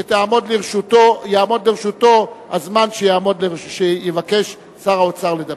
שיעמוד לרשותו הזמן שיבקש שר האוצר לדבר.